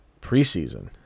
preseason